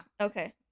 Okay